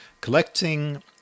collecting